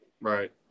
Right